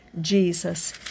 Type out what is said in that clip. Jesus